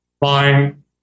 buying